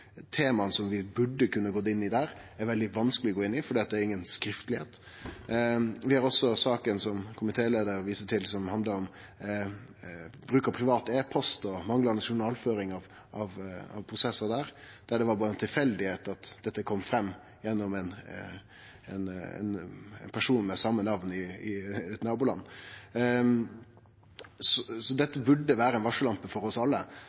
som vi burde gått inn i der, er veldig vanskelege å gå inn i fordi det ikkje er noko skriftleg. Vi har også saka som komitéleiaren viste til, som handlar om bruk av privat e-post og manglande journalføring av prosessar, der det berre var tilfeldig at dette kom fram, gjennom ein person med same namn i eit naboland. Så dette burde vere ei varsellampe for oss alle.